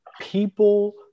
People